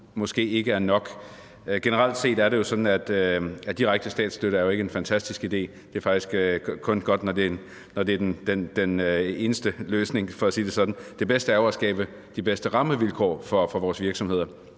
måske ikke er nok. Generelt set er det jo sådan, at direkte statsstøtte ikke er en fantastisk idé, det er faktisk kun godt, når det er den eneste løsning, for at sige det sådan. Det bedste er jo at skabe de bedste rammevilkår for vores virksomheder.